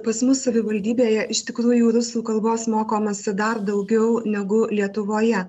pas mus savivaldybėje iš tikrųjų rusų kalbos mokomasi dar daugiau negu lietuvoje